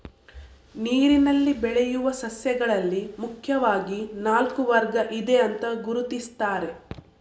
ನೀರಿನಲ್ಲಿ ಬೆಳೆಯುವ ಸಸ್ಯಗಳಲ್ಲಿ ಮುಖ್ಯವಾಗಿ ನಾಲ್ಕು ವರ್ಗ ಇದೆ ಅಂತ ಗುರುತಿಸ್ತಾರೆ